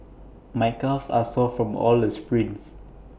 my calves are sore from all the sprints